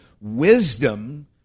wisdom